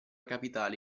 capitale